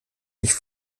sich